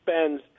spends